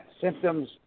symptoms